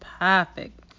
perfect